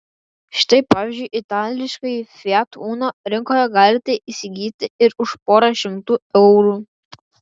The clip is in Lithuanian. štai pavyzdžiui itališkąjį fiat uno rinkoje galite įsigyti ir už porą šimtų eurų